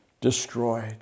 destroyed